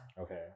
Okay